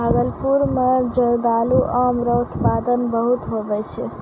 भागलपुर मे जरदालू आम रो उत्पादन बहुते हुवै छै